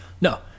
No